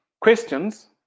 questions